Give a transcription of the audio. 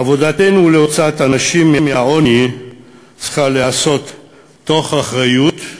עבודתנו להוצאת אנשים מהעוני צריכה להיעשות תוך אחריות,